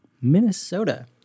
Minnesota